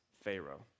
Pharaoh